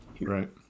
Right